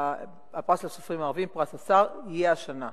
הפרס לסופרים הערבים, פרס השר, יהיה השנה.